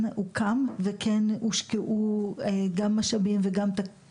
הוא כן הוקם והושקעו משאבים ותקציב,